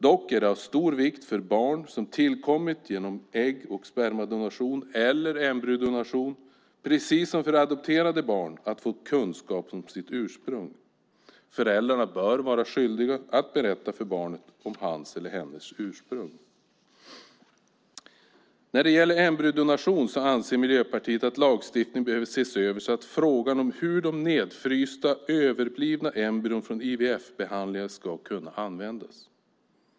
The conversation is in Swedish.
Dock är det av stor vikt för barn som tillkommit genom ägg och spermadonation eller embryodonation, precis som för adopterade barn, att få kunskap om sitt ursprung. Föräldrarna bör vara skyldiga att berätta för barnet om hans eller hennes ursprung. När det gäller embryodonation anser Miljöpartiet att lagstiftningen behöver ses över så att nedfrysta överblivna embryon från IVF-behandlingar ska kunna användas.